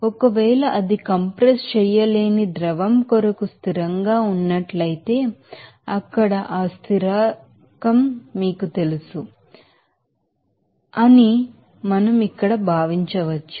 ఒకవేళ అది కంప్రెస్ చేయలేని ద్రవం కొరకు స్థిరంగా ఉన్నట్లయితే అక్కడ ఆ కాన్స్టాంట్ మీకు తెలుసు అని మీకు తెలుసు అని మనం ఇక్కడ భావించవచ్చు